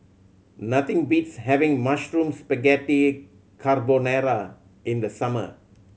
nothing beats having Mushroom Spaghetti Carbonara in the summer